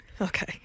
Okay